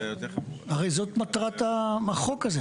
הרי זו מטרת החוק.